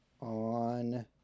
on